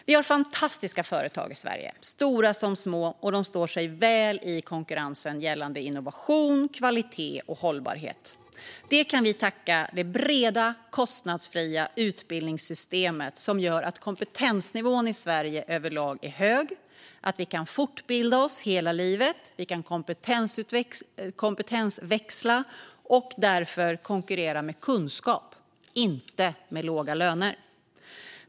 Vi har fantastiska företag i Sverige, stora som små, som står sig väl i konkurrensen gällande innovation, kvalitet och hållbarhet. Det kan vi tacka det breda, kostnadsfria utbildningssystemet för, som gör att kompetensnivån i Sverige överlag är hög. Vi kan fortbilda oss hela livet, och vi kan kompetensväxla och därför konkurrera med kunskap, inte med låga löner.